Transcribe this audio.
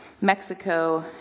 Mexico